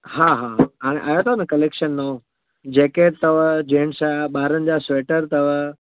हा हा हा आयो आयो अथव न कलेक्शन नओं जैकेट अथव जेंट्स जा ॿारनि जा स्वेटर अथव